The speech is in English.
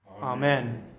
Amen